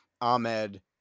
Ahmed